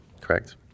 correct